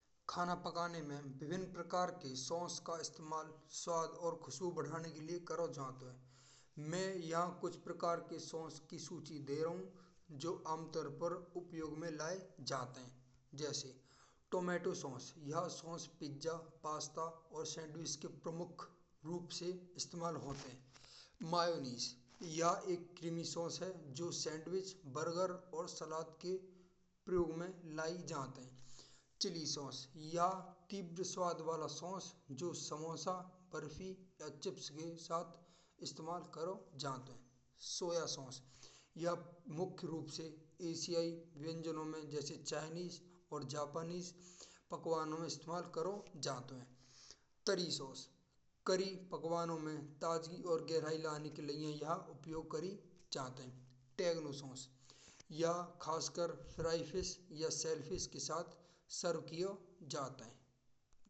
खाना पकाने में विभिन्न प्रकार की सॉस का इस्तेमाल स्वाद और खुशबू बढ़ाने के लिए करो जात है। मै यहाँ कुछ प्रकार की सॉस की सूची दे रहू हूँ जो आमतौर पर उपयोग में लाए जात हैं। जैसे टमाटर सॉस या सॉस पिज़्ज़ा पास्ता और सैंडविच के प्रमुख रूप से इस्तेमाल होत है। मेयोनीज़ या एक क्रीमी सॉस है जो सैंडविच बर्गर और सलाद के प्रयोग में लाई जात है। चिली सॉस या तीखे स्वाद वाला सॉस जो समोसा बर्फी या चिप्स के साथ इस्तेमाल करो जात है। सोया सॉस यह मुख्य रूप से एशियाई व्यंजनों में जैसे चीनी और जापानी पकवानों में इस्तेमाल करो जात है। तारी सॉस करी पकवानों में ताजगी और गहराई लाने के लिए यह उपयोग करी जात है। तेगनो सॉस यह खासकर फ्राइड फिश या शेलफिश के साथ सर्व की जात है।